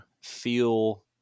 feel